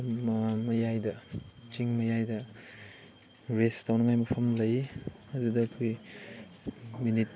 ꯃꯌꯥꯏꯗ ꯆꯤꯡ ꯃꯌꯥꯏꯗ ꯔꯦꯁ ꯇꯧꯅꯤꯡꯉꯥꯏ ꯃꯐꯝ ꯂꯩ ꯑꯗꯨꯗ ꯑꯩꯈꯣꯏ ꯃꯤꯅꯤꯠ